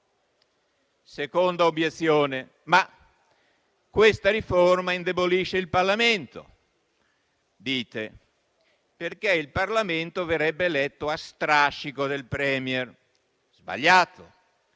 Seconda obiezione: dite che questa riforma indebolisce il Parlamento, perché il Parlamento verrebbe eletto a strascico del *Premier*. Sbagliato.